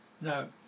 no